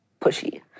pushy